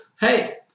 hey